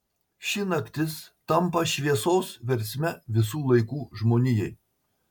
ši naktis tampa šviesos versme visų laikų žmonijai